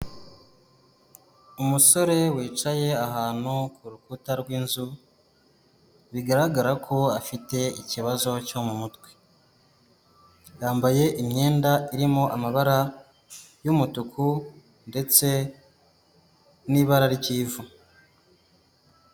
Umusore wicaye ahantu ku rukuta rw'inzu, bigaragara ko afite ikibazo cyo mu mutwe, yambaye imyenda irimo amabara y'umutuku ndetse n'ibara ry'ivu.